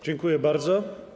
Dziękuję bardzo.